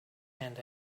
and